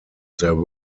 there